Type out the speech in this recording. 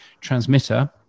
transmitter